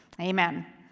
Amen